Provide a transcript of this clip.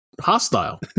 hostile